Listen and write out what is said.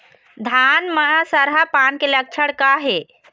धान म सरहा पान के लक्षण का हे?